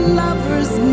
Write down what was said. lover's